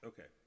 Okay